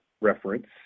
reference